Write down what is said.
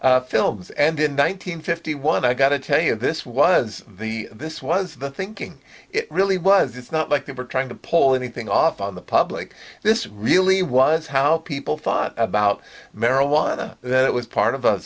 good films and in one nine hundred fifty one i got to tell you this was the this was the thinking it really was it's not like they were trying to pull anything off on the public this really was how people thought about marijuana that was part of a